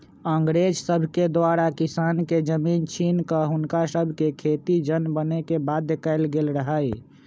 अंग्रेज सभके द्वारा किसान के जमीन छीन कऽ हुनका सभके खेतिके जन बने के बाध्य कएल गेल रहै